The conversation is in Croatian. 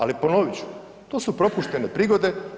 Ali ponovit ću, to su propuštene prigode.